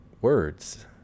words